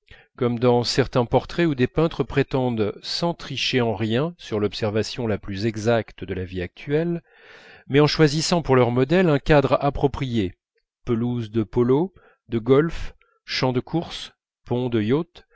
comme dans certains portraits où des peintres prétendent sans tricher en rien sur l'observation la plus exacte de la vie actuelle mais en choisissant pour leur modèle un cadre approprié pelouse de polo de golf champ de courses pont de